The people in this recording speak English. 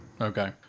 Okay